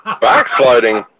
Backsliding